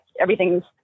everything's